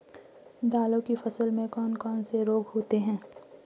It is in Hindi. दालों की फसल में कौन कौन से रोग होते हैं?